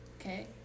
Okay